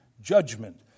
judgment